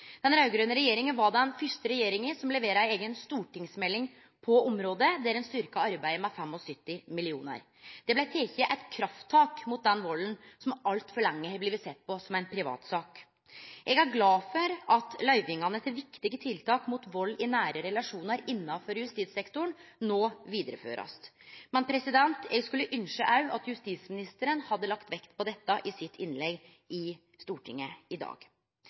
Den raud-grøne regjeringa var den fyrste regjeringa som leverte ei eiga stortingsmelding på området, der ein styrkte arbeidet med 75 mill. kr. Det blei teke eit krafttak mot den valden som altfor lenge har blitt sett på som ein privatsak. Eg er glad for at løyvingane til viktige tiltak mot vald i nære relasjonar innanfor justissektoren no blir vidareførte. Eg skulle òg ynskje at justisministeren hadde lagt vekt på dette i sitt innlegg i Stortinget i dag.